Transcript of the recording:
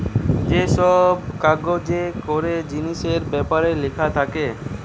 যে সব কাগজে করে জিনিসের বেপারে লিখা থাকে